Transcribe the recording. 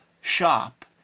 shop